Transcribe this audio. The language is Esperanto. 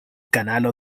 kanalo